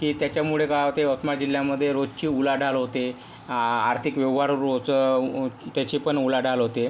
की त्याच्यामुळे काय होते यवतमाळ जिल्ह्यामध्ये रोजची उलाढाल होते आ आर्थिक व्यवहार रोज त्याची पण उलाढाल होते